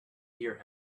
hear